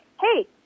hey